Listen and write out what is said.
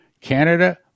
Canada